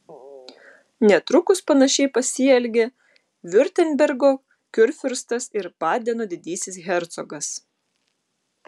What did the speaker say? netrukus panašiai pasielgė viurtembergo kurfiurstas ir badeno didysis hercogas